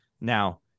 Now